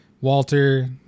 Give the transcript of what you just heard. Walter